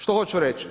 Što hoću reći?